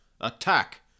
Attack